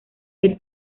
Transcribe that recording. que